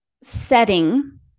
setting